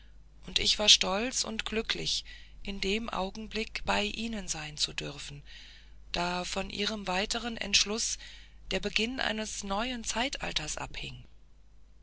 und ich war stolz und glücklich in dem augenblick bei ihnen sein zu dürfen da von ihrem entschluß der beginn eines neuen zeitalters abhing